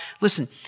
Listen